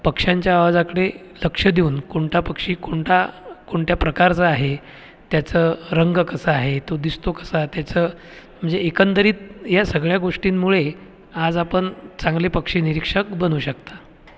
पक्षांच्या आवाजाकडे लक्ष देऊन कोणता पक्षी कोणता कोणत्या प्रकारचा आहे त्याचं रंग कसा आहे तो दिसतो कसा त्याचं म्हणजे एकंदरीत या सगळ्या गोष्टींमुळे आज आपण चांगले पक्षी निरीक्षक बनू शकता